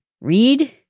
Read